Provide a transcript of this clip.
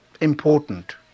important